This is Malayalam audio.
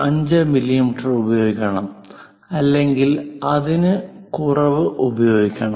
5 മില്ലിമീറ്റർ ഉപയോഗിക്കണം അല്ലെങ്കിൽ അതിൽ കുറവ് ഉപയോഗിക്കണം